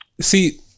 see